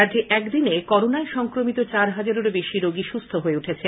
রাজ্যে একদিনে করোনায় সংক্রমিত চার হাজারের বেশি রোগী সুস্থ হয়ে উঠেছেন